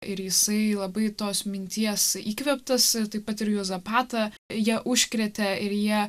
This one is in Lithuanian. ir jisai labai tos minties įkvėptas taip pat ir juozapatą ja užkrėtė ir jie